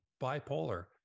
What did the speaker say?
bipolar